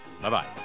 Bye-bye